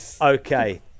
Okay